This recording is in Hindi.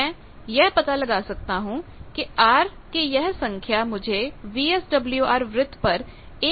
तो मैं यह पता लगा सकता हूं कि आर की यह संख्या मुझे वीएसडब्ल्यूआर वृत्त पर एक बिंदु का मूल्य बता देंगी